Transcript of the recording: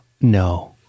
No